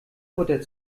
butter